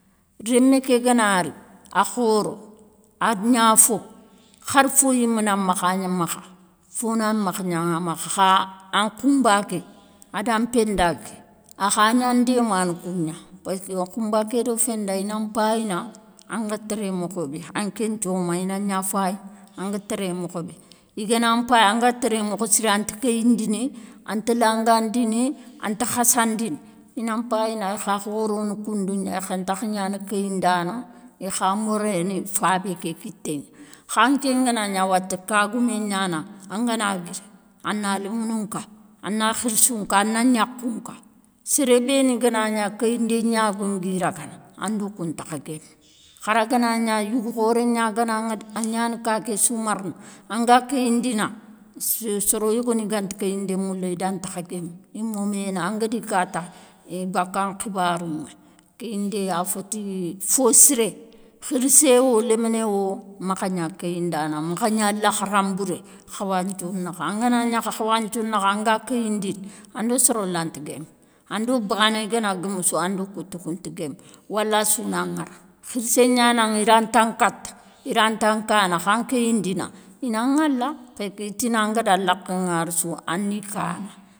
Rémé ké gana ri a khoro, a gna fo hari fo yimé na makha gnamakha. fo nakhaŋa mmakha kha, an khoumba ké anda penda ké a kha na ndémana kougna passki khoumba ké do fenda i nan payina anga téré mokho bé, anké nthioma i na gna fayini anga téré mokho bé, i gana npayi anga téréné mokho ké bé anta kéyindini, anta lagandini anta khassandini, i nan payina i kha khorono koundou gna, khintakha gnana kéyindana i kha méréné fabé ké kité gna. Khanké ngana gna wathia kagoumé ganaŋa angana guiri, a na lémounou nka, a na khirssou nka, a na gnakhou nka, séré béni, gana gna kéyindé gnagou ngui ragana a ndo kou ntakha guémé. Hara gana gna yougou khoré gna ganaŋa dé a gnana ka ké sou marana, anga kéyindina soro yogoni ganta kéyindé moula idantakha guémé i moména, angadi ka ta, i bakankhibarou ŋa. Kéyindé a féti fo siré, khirsé wo, léminé wo, makhagna kéyindana, makha gna lakhara nbouré, khawanthio nakha, angana gna khawanthio nakha anga kéyindini, ando soro lanta guémé, ando bané gana guémoussou ando koutou kou nta guémé walassou na ŋara, khirssé gna naŋa i ranta nkata, i ranta nkana khan kéyindina, i na ŋala, péski i tina angada lakhé ŋara sou a ni kana.